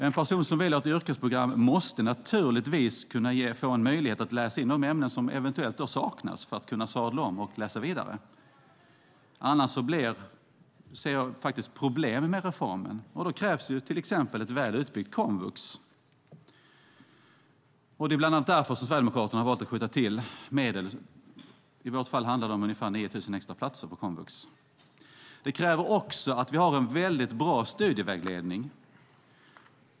En person som har valt ett yrkesprogram måste naturligtvis få möjlighet att läsa in de ämnen som eventuellt saknas för att kunna sadla om och läsa vidare. Annars ser jag problem med reformen. Då krävs till exempel ett väl utbyggt komvux. Det är bland annat därför som Sverigedemokraterna har valt att skjuta till medel. I vårt fall handlar det om ungefär 9 000 extra platser på komvux. Det här kräver också en bra studievägledning.